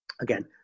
Again